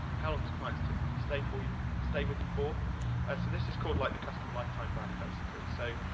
how long do clients typically stay for you, stay with you for? so this is called, like, the customer lifetime value, basically, so,